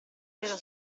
pietra